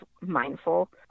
mindful